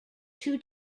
two